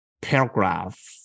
paragraph